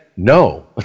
No